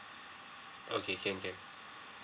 okay can can